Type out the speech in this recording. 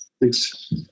Thanks